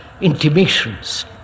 intimations